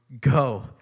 go